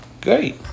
great